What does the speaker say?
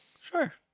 Sure